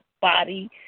body